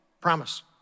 promise